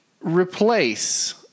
replace